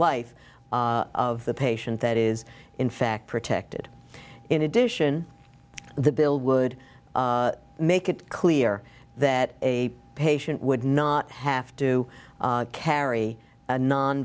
life of the patient that is in fact protected in addition the bill would make it clear that a patient would not have to carry a non